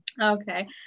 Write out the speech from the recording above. Okay